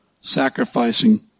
sacrificing